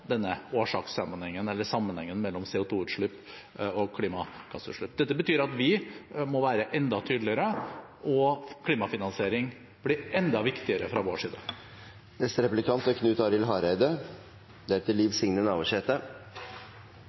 og klimagassutslipp. Dette betyr at vi må være enda tydeligere, og klimafinansiering blir enda viktigere fra vår side. Knut Arild Hareide